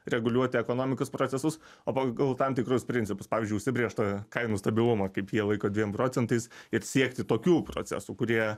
reguliuoti ekonomikos procesus o pagal tam tikrus principus pavyzdžiui užsibrėžtą kainų stabilumą kaip jie laiko dviem procentais ir siekti tokių procesų kurie